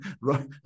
right